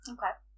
Okay